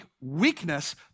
weakness